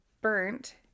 burnt